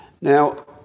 Now